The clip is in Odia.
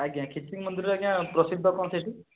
ଆଜ୍ଞା ଆଜ୍ଞା ଖିଚିଙ୍ଗ ମନ୍ଦିରରେ ଆଜ୍ଞା ପ୍ରସିଦ୍ଧ କ'ଣ ସେଠି